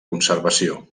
conservació